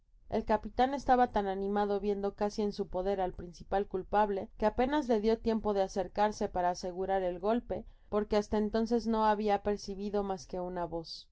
el capitan estaba tan animado viendo casi en su poder al principal culpable que apenas le dió tiempo de acercarse para asegurar el golpe porque hasta enton ees no habia percibido mas que su voz